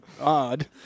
odd